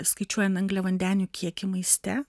skaičiuojant angliavandenių kiekį maiste